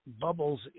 bubbles